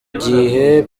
gihe